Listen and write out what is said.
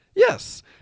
Yes